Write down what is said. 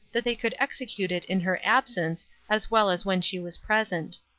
that they could execute it in her absence as well as when she was present.